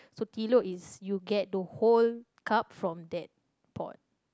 so is you get the whole cup from that pot